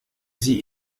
sie